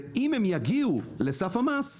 אם הן יגיעו לסף המס,